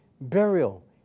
burial